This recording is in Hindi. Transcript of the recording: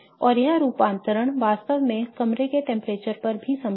और यह रूपांतरण वास्तव में कमरे के तापमान पर भी संभव है